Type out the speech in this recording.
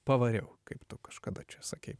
pavariau kaip tu kažkada čia sakei